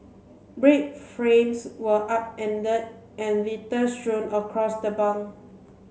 bred frames were upend and litter strewn across the bunk